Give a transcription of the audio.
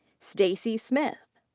staci smith.